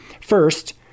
First